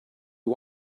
you